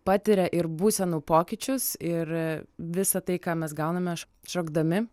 patiria ir būsenų pokyčius ir visa tai ką mes gauname šokdami